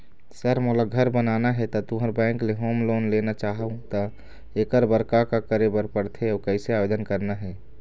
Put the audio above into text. Sir मोला घर बनाना हे ता तुंहर बैंक ले होम लोन लेना चाहूँ ता एकर बर का का करे बर पड़थे अउ कइसे आवेदन करना हे?